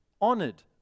honored